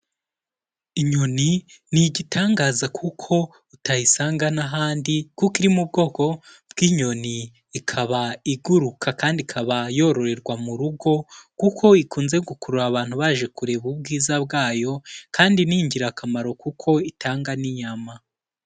Inyoni ni igitangaza kuko utayisanga n'ahandi kuko iri mu bwoko bw'inyoni ikaba iguruka kandi ikaba yororerwa mu rugo kuko ikunze gukurura abantu baje kureba ubwiza bwayo kandi ni ingirakamaro kuko itanga n'inyama.